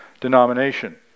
denomination